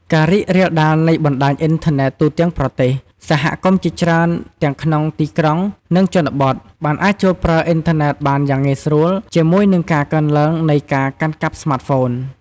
ការរីករាលដាលនៃបណ្ដាញអ៊ីនធឺណេតទូទាំងប្រទេស សហគមន៍ជាច្រើនទាំងក្នុងទីក្រុង និងជនបទ បានអាចចូលប្រើអ៊ីនធឺណេតបានយ៉ាងងាយស្រួល ជាមួយនឹងការកើនឡើងនៃការកាន់កាប់ស្មាតហ្វូន។